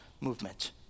movement